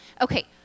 Okay